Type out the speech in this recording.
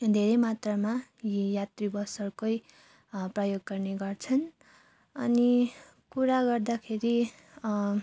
धेरै मात्रामा यी यात्री बसहरूकै प्रयोग गर्ने गर्छन् अनि कुरा गर्दाखेरि